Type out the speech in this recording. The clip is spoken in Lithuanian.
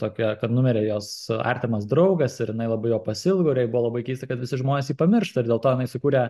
tokia kad numirė jos artimas draugas ir jinai labai jo pasiilgo ir jai buvo labai keista kad visi žmonės pamiršta ir dėl to jinai sukurė